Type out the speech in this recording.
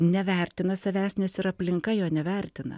nevertina savęs nes ir aplinka jo nevertina